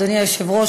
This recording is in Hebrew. אדוני היושב-ראש,